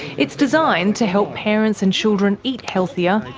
it's designed to help parents and children eat healthier,